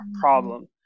problem